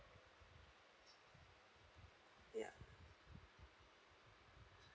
yeah